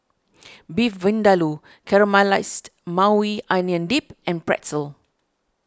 Beef Vindaloo Caramelized Maui Onion Dip and Pretzel